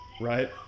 right